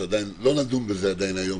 שעדיין לא נדון בזה היום,